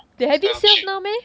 they having sales now meh